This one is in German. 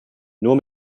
nur